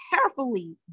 carefully